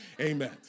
Amen